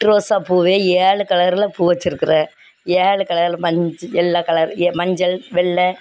ரோசா பூவே ஏழு கலரில் பூ வச்சுருக்குறேன் ஏழு கலரில் மஞ் எல்லா கலரில் ஏ மஞ்சள் வெள்ளை